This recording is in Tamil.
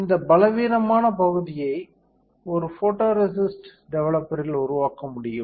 இந்த பலவீனமான பகுதியை ஒரு போட்டோரேசிஸ்ட் டெவலப்பரில் உருவாக்க முடியும்